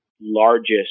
largest